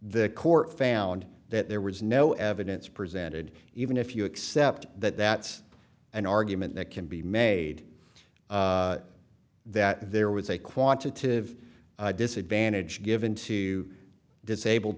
the court found that there was no evidence presented even if you accept that that's an argument that can be made that there was a quantitative disadvantage given to disabled